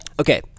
Okay